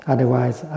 Otherwise